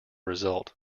result